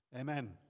Amen